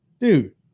dude